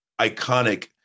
iconic